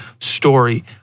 story